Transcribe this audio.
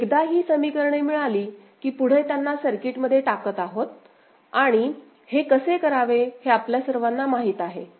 Bn एकदा ही समीकरणे मिळाली की पुढे त्यांना सर्किटमध्ये टाकत आहोत आणि हे कसे करावे हे आपल्या सर्वांना माहित आहे